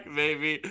baby